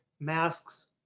masks